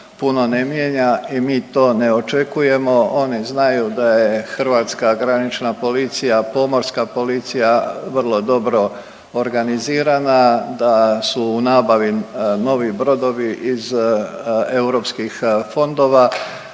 puno ne mijenja i mi to ne očekujemo, oni znaju da je hrvatska granična policija, pomorska policija vrlo dobro organizirana, da su u nabavi novi brodovi iz europskih fondova,